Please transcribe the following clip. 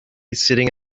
sitting